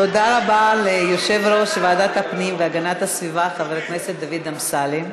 תודה רבה ליושב-ראש ועדת הפנים והגנת הסביבה חבר הכנסת דוד אמסלם.